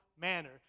manner